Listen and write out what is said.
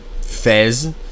fez